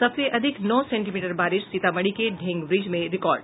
सबसे अधिक नौ सेंटीमीटर बारिश सीतामढ़ी के ढेंगब्रिज में रिकार्ड